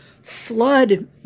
flood